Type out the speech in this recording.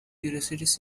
curiosities